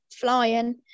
flying